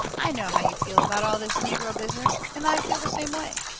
i know how you feel about all this negro business. and i feel the same way.